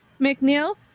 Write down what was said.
McNeil